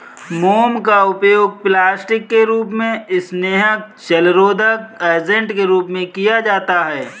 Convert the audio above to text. मोम का उपयोग प्लास्टिक के रूप में, स्नेहक, जलरोधक एजेंट के रूप में किया जाता है